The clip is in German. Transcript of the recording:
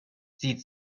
sieht